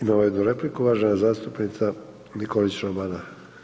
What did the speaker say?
Imamo jednu repliku uvažena zastupnica Nikolić Romana.